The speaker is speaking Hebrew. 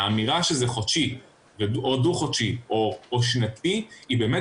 האמירה שזה חודשי או דו-חודשי או שנתי היא באמת